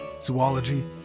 zoology